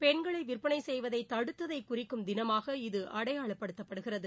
பெண்களை விற்பனை செய்வதை தடுத்ததை குறிக்கும் தினமாக இது அடையாளப்படுத்தப் படுகிறது